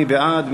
מי בעד?